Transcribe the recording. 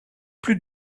plus